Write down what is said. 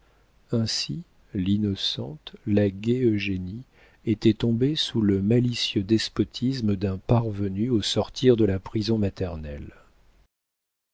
ainsi l'innocente la gaie eugénie était tombée sous le malicieux despotisme d'un parvenu au sortir de la prison maternelle